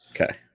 okay